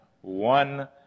one